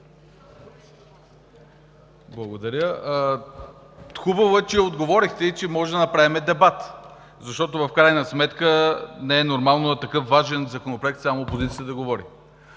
Благодаря. Хубаво е, че отговорихте и че можем да направим дебат, защото в крайна сметка не е нормално за такъв важен законопроект да говори